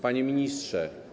Panie Ministrze!